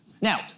Now